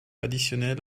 additionnel